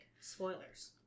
Spoilers